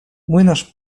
młynarz